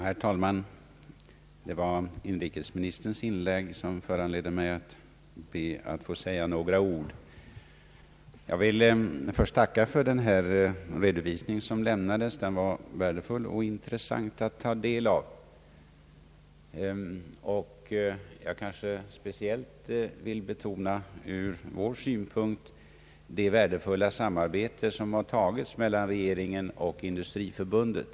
Herr talman! Inrikesministerns inlägg föranledde mig att be att få säga några ord. Jag vill först tacka för den redovisning som lämnades. Den var värdefull och intressant att ta del av. Ur vår synpunkt vill jag speciellt betona det värdefulla samarbete som har påbörjats mellan regeringen och Industriförbundet.